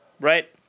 Right